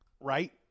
Right